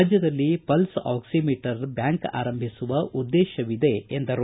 ರಾಜ್ಞದಲ್ಲಿ ಪಲ್ಸ್ ಆಕ್ಸಿಮೀಟರ್ನ ಬ್ಯಾಂಕ್ ಆರಂಭಿಸುವ ಉದ್ದೇಶವಿದೆ ಎಂದರು